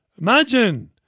Imagine